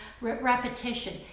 repetition